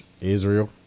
Israel